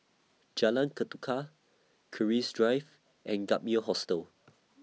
Jalan Ketuka Keris Drive and Gap Year Hostel